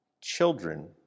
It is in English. children